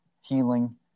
healing